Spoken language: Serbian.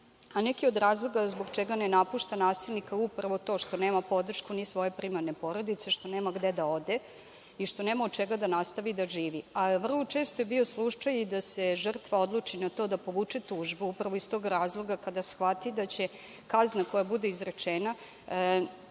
od razloga zbog čega ne napušta nasilnika je upravo to što nema podršku ni svoje primarne porodice što nema gde da ode i što nema od čega da nastavi da živi. Ali, vrlo često je bio slučaj i da se žrtva odluči na to da povuče tužbu upravo iz tog razloga da shvati da će kazna koja bude izrečena